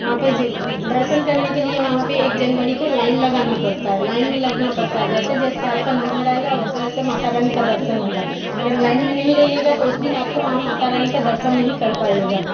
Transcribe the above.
वहाँ पे जे दर्शन करने के लिए वहाँ पे एक जनबरी को लाइन लगाना पड़ता है लाइन में लगना पड़ता है जैसे जैसे आपका नंबर आएगा वैसे वैसे माता रानी का दर्शन होगा अगर लाइन में नहीं रहिएगा तो उस दिन आपको वहाँ माता रानी का दर्शन नहीं कर पाइएगा